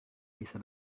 bisa